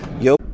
yo